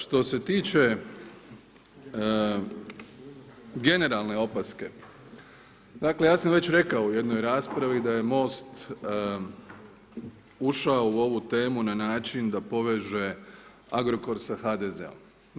Što se tiče generalne opaske, dakle ja sam već rekao u jednoj raspravi da je MOST ušao u ovu temu na način da poveže Agrokor sa HDZ-om.